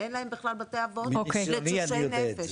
אין להם בכלל בתי אבות לחולי נפש.